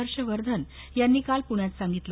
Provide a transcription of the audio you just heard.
हर्ष वर्धन यांनी काल पुण्यात सांगितलं